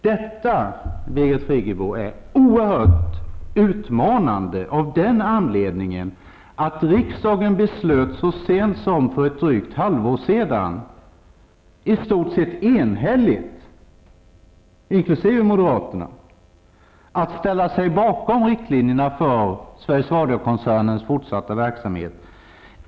Detta, Birgit Friggebo, är oerhört utmanande av den anledningen att riksdagen beslöt så sent som för ett drygt halvår sedan i stort sett enhälligt, inkl. moderaterna, att ställa sig bakom riktlinjerna för Sveriges Radiokoncernens fortsatta verksamhet.